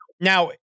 Now